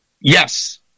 Yes